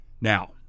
Now